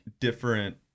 different